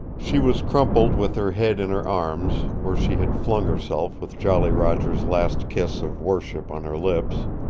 she was crumpled with her head in her arms, where she had flung herself with jolly roger's last kiss of worship on her lips,